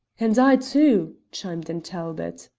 and i too, chimed in talbot.